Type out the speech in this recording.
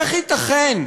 איך ייתכן,